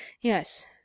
Yes